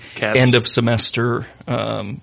end-of-semester